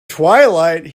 twilight